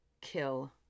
kill